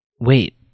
Wait